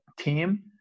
team